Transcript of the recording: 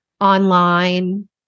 online